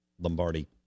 Lombardi